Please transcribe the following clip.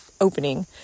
opening